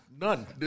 none